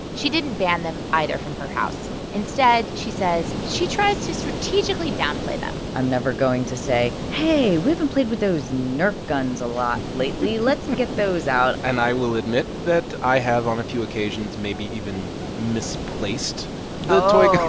she didn't ban them either from her house. instead she says she tries to strategically downplay them i'm never going to say, hey, we haven't played with those nerf guns a lot lately let's and get those out and i will admit that i have on a few occasions maybe even misplaced the toy gun